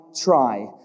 try